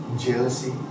jealousy